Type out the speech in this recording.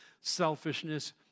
selfishness